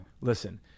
Listen